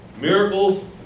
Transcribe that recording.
Miracles